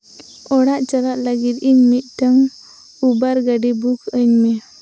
ᱚᱲᱟᱜ ᱪᱟᱞᱟᱜ ᱞᱟᱹᱜᱤᱫ ᱤᱧ ᱢᱤᱫᱴᱟᱱ ᱩᱵᱮᱨ ᱜᱟᱹᱰᱤ ᱵᱩᱠ ᱟᱹᱧ ᱢᱮ